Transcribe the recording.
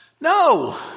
No